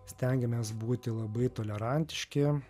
stengiamės būti labai tolerantiški